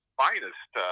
finest